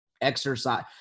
exercise –